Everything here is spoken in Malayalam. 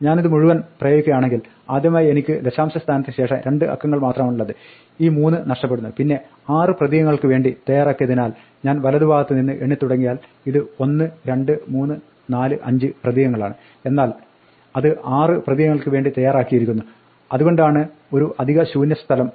ഞാനിത് മുഴുവൻ പ്രയോഗിക്കുകയാണെങ്കിൽ ആദ്യമായി എനിക്ക് ദശാംശസ്ഥാനത്തിന് ശേഷം രണ്ട് അക്കങ്ങൾ മാത്രമാണുള്ളത് ഈ 3 നഷ്ടപ്പെടുന്നു പിന്നെ 6 പ്രതീകങ്ങൾക്ക് വേണ്ടി തയ്യാറാക്കിയതിനാൽ ഞാൻ വലത് ഭാഗത്ത് നിന്ന് എണ്ണിത്തുടങ്ങിയാൽ ഇത് 1 2 3 4 5 പ്രതീകങ്ങളാണ് എന്നാണ് എന്നാൽ അത് 6 പ്രതീകങ്ങൾക്ക് വേണ്ടി തയ്യാറാക്കിയിരിക്കുന്നു അതുകൊണ്ടാണ് ഇവിടെ ഒരു അധികം ശൂന്യ സ്ഥലം